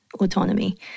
autonomy